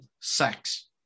sex